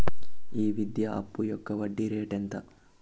ఈ విద్యా అప్పు యొక్క వడ్డీ రేటు ఎంత?